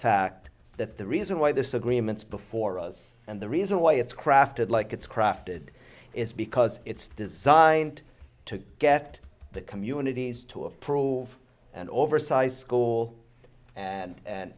fact that the reason why this agreements before us and the reason why it's crafted like it's crafted is because it's designed to get the communities to approve an oversized score and and